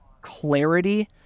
clarity